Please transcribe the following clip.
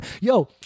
Yo